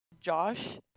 Josh